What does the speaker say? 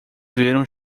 viram